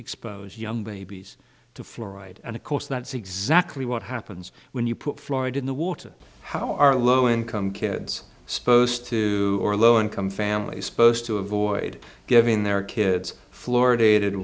expose young babies to fluoride and of course that's exactly what happens when you put floyd in the water how are low income kids supposed to or low income families supposed to avoid giving their kids florida